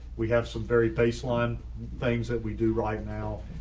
we have some very baseline things that we do right now.